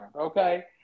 okay